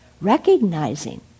Recognizing